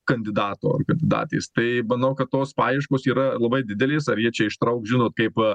kandidato kandidatės tai manau kad tos paieškos yra labai didelės ar jie čia ištrauks žinot kaip